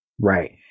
Right